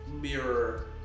mirror